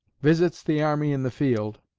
visits the army in the field